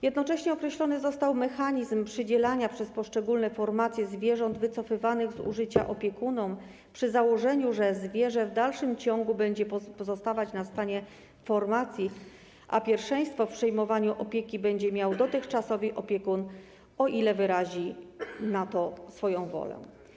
Jednocześnie określony został mechanizm przydzielania przez poszczególne formacje zwierząt wycofywanych z użycia opiekunom, przy założeniu, że zwierzę w dalszym ciągu będzie pozostawać na stanie formacji, a pierwszeństwo w przejmowaniu opieki będzie miał dotychczasowy opiekun, o ile wyrazi taką wolę.